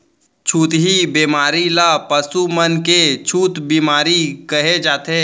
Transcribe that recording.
छुतही बेमारी ल पसु मन के छूत बेमारी कहे जाथे